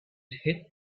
hid